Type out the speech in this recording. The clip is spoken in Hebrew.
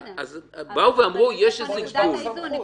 אז אמרו יש איזה גבול.